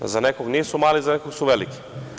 Za nekog nisu mali, za nekog su veliki.